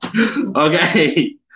Okay